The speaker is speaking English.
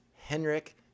Henrik